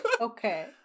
okay